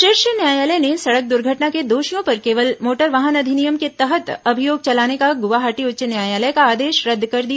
शीर्ष न्यायालय ने सड़क द्र्घटना के दोषियों पर केवल मोटर वाहन अधिनियम के तहत अभियोग चलाने का गुवाहाटी उच्च न्यायालय का आदेश रद्द कर दिया